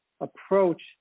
approach